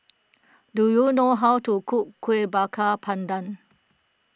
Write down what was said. do you know how to cook Kueh Bakar Pandan